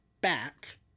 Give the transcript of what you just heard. back